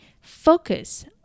focus